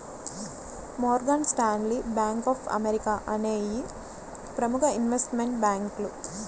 Morgan Stanley, bank of America అనేయ్యి ప్రముఖ investment బ్యేంకులు